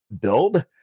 build